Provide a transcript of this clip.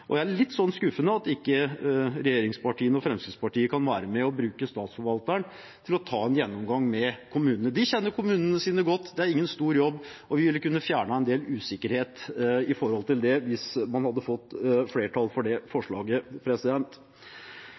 er litt skuffende at ikke regjeringspartiene og Fremskrittspartiet kan være med og bruke Statsforvalterne til å ta en gjennomgang med kommunene. De kjenner kommunene sine godt. Det er ingen stor jobb, og vi ville kunne fjernet en del usikkerhet om det, hvis man hadde fått flertall for det forslaget.